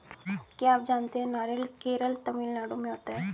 क्या आप जानते है नारियल केरल, तमिलनाडू में होता है?